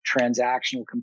transactional